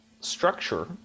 structure